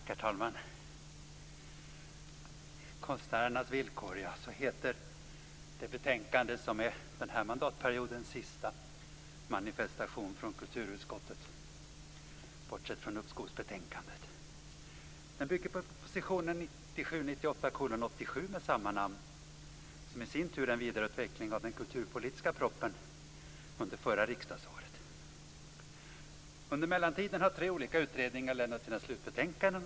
Herr talman! Konstnärernas villkor heter det betänkande som är den här mandatperiodens sista manifestation från kulturutskottet, bortsett från uppskovsbetänkandet. Betänkandet bygger på proposition 1997/98:87 Konstnärernas villkor, som i sin tur är en vidareutveckling av den kulturpolitiska propositionen förra riksdagsåret. Under mellantiden har tre olika utredningar avlämnat sina slutbetänkanden.